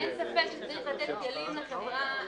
אין ספק שצריך לתת כלים לחברה לאכוף.